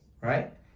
right